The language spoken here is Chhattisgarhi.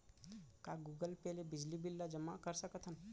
का गूगल पे ले बिजली बिल ल जेमा कर सकथन?